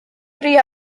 three